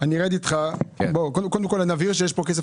בוא נבהיר שזה כסף